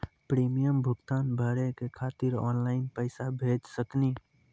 Premium भुगतान भरे के खातिर ऑनलाइन पैसा भेज सकनी?